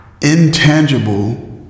intangible